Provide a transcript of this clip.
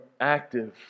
active